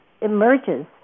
emerges